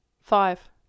five